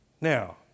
Now